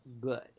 good